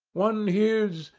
one hears